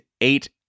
eight